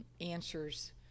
answers